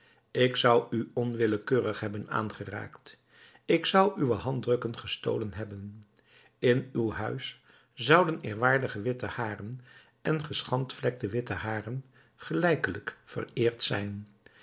ik zou u onwillekeurig hebben aangeraakt ik zou uwe handdrukken gestolen hebben in uw huis zouden eerwaardige witte haren en geschandvlekte witte haren gelijkelijk vereerd zijn